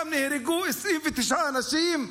שם נהרגו 29 אנשים,